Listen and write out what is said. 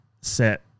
set